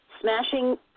smashing